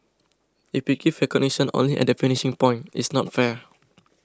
if we give recognition only at the finishing point it's not fair